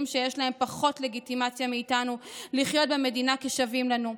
שיש להם פחות לגיטימציה מאיתנו לחיות במדינה כשווים לנו?